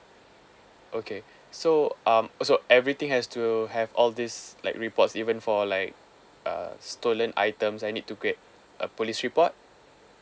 okay so um also everything has to have all these like reports even for like uh stolen items I need to create a police report